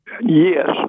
Yes